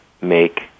make